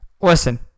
listen